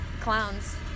Clowns